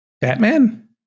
Batman